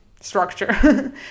structure